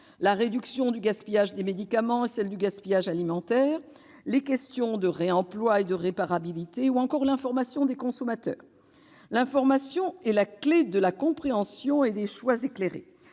la réduction du gaspillage des médicaments et du gaspillage alimentaire, la promotion du réemploi et de la réparabilité ou encore l'information des consommateurs, clé de la compréhension et des choix éclairés